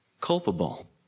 culpable